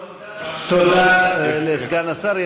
תודה לסגן השר.